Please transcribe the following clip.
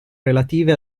relative